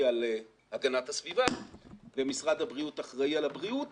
על הגנת הסביבה ומשרד הבריאות שאחראי על הבריאות